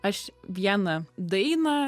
aš vieną dainą